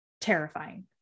terrifying